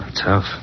Tough